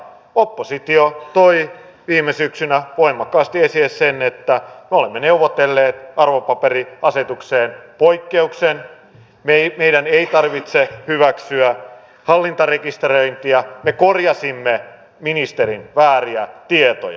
oppositio toi viime syksynä voimakkaasti esille sen että me olemme neuvotelleet arvopaperiasetukseen poikkeuksen meidän ei tarvitse hyväksyä hallintarekisteröintiä me korjasimme ministerin vääriä tietoja